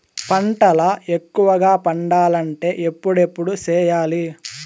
పంటల ఎక్కువగా పండాలంటే ఎప్పుడెప్పుడు సేయాలి?